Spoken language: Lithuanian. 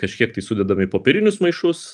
kažkiek tai sudedam į popierinius maišus